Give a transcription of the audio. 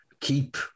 keep